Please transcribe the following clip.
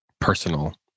personal